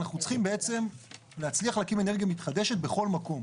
אנחנו צריכים בעצם להצליח להקים אנרגיה מתחדשת בכל מקום,